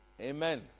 Amen